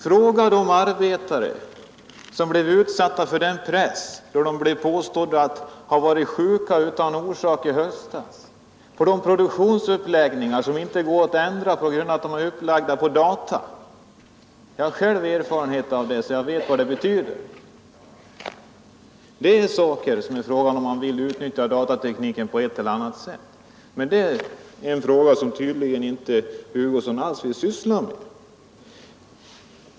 Fråga de arbetare som blev utsatta för den press det innebar då det i höstas påstods att de hade varit frånvarande från arbetet utan orsak. En annan sak är att produktionsuppläggningar inte går att ändra på grund av att de är på data. Det har jag själv erfarenhet av och vet vad det betyder. Detta är risker som man löper om man vill utnyttja datatekniken på ett eller annat sätt. Men det är en fråga som herr Hugosson inte alls vill syssla med.